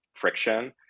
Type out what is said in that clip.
friction